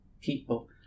people